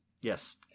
Yes